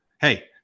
hey